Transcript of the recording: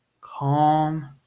calm